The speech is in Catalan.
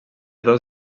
dos